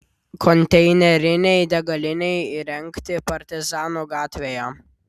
konteinerinei degalinei įrengti partizanų gatvėje